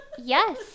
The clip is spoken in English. yes